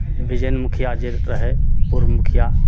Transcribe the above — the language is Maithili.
विजय मुखिआ जे रहय फेर पूर्व मुखिया